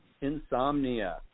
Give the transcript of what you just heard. insomnia